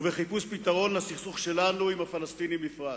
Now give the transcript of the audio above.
ובחיפוש פתרון לסכסוך שלנו עם הפלסטינים בפרט.